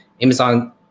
Amazon